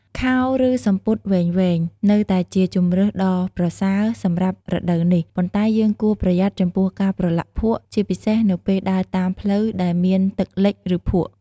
ខោ ឬសំពត់វែងៗ នៅតែជាជម្រើសដ៏ប្រសើរសម្រាប់រដូវនេះ ប៉ុន្តែយើងគួរប្រយ័ត្នចំពោះការប្រឡាក់ភក់ ជាពិសេសនៅពេលដើរតាមផ្លូវដែលមានទឹកលិច ឬភក់។